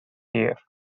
hir